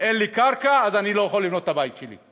אין לי קרקע, אז אני לא יכול לבנות את הבית שלי.